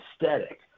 aesthetic